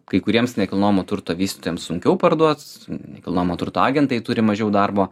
kai kuriems nekilnojamo turto vystytojams sunkiau parduot nekilnojamo turto agentai turi mažiau darbo